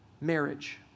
marriage